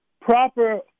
proper